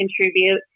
contribute